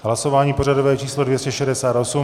Hlasování pořadové číslo 268.